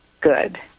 good